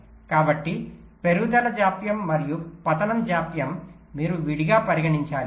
కాబట్టి పెరుగుదల జాప్యం మరియు పతనం జాప్యాన్ని మీరు విడిగా పరిగణించాలి